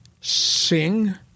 sing